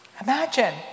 Imagine